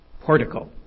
Portico